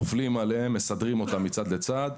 נופלים עליהם, מסדרים אותם מצד לצד.